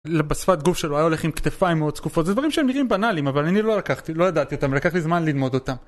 בשפת גוף שלו היה הולך עם כתפיים מאוד סקופות זה דברים שהם נראים בנאליים אבל אני לא לקחתי, לא ידעתי אותם לקח לי זמן ללמוד אותם